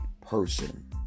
person